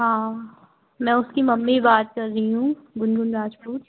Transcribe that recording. हाँ मैं उसकी मम्मी बात कर रही हूँ गुनगुन राजपूत